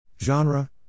Genre